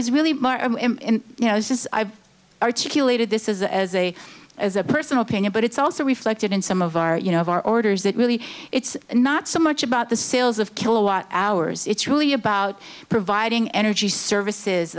is really you know since i've articulated this is as a as a personal opinion but it's also reflected in some of our you know of our orders that really it's not so much about the sales of kilowatt hours it's really about providing energy services